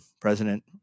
President